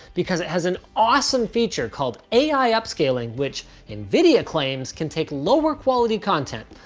because it has an awesome feature called ai upscaling which nvidia claims can take lower-quality content,